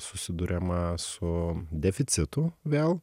susiduriama su deficitu vėl